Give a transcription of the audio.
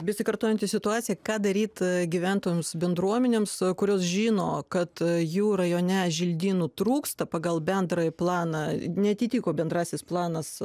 besikartojanti situacija ką daryt gyventojams bendruomenėms kurios žino kad jų rajone želdynų trūksta pagal bendrąjį planą neatitiko bendrasis planas